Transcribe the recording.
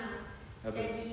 R_P R_P